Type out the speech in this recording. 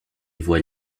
voit